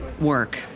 work